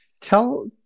tell